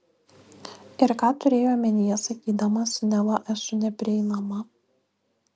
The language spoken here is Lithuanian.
ir ką turėjai omenyje sakydamas neva esu neprieinama